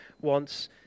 wants